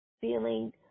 feeling